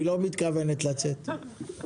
היא לא מתכוונת לצאת,